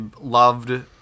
loved